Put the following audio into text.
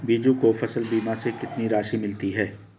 बीजू को फसल बीमा से कितनी राशि मिली है?